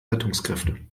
rettungskräfte